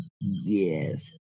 Yes